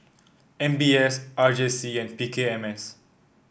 M B S R J C and P K M S